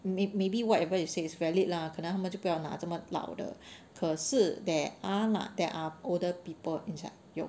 may~ maybe whatever you say it's valid lah 可能他们就不要拿这么老的可是 there are lah there are older people inside 有